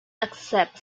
accept